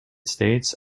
states